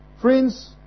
Friends